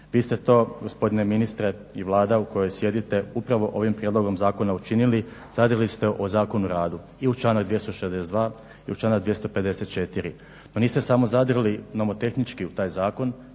Vi ste to gospodine ministre i Vlada u kojoj sjedite upravo ovim prijedlogom zakona učinili, zadrli ste u Zakon o radu i u članak 262. i u članak 254., pa niste samo zadrli nomotehnički u taj zakon